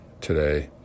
today